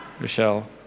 Michelle